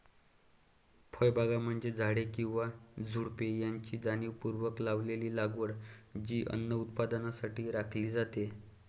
फळबागा म्हणजे झाडे किंवा झुडुपे यांची जाणीवपूर्वक लावलेली लागवड जी अन्न उत्पादनासाठी राखली जाते